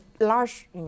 large